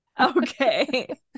Okay